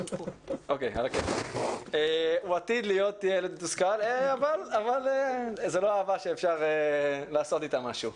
--- הוא עתיד להיות ילד מתוסכל אבל זה לא אהבה שאפשר לעשות איתה משהו.